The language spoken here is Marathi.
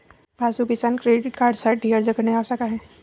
पाशु किसान क्रेडिट कार्डसाठी अर्ज करणे आवश्यक आहे